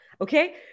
okay